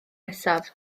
nesaf